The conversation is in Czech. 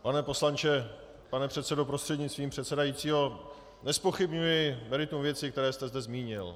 Pane poslanče, pane předsedo, prostřednictvím předsedajícího, nezpochybňuji meritum věcí, které jste zde zmínil.